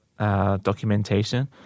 Documentation